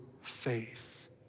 faith